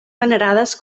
venerades